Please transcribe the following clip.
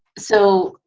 so,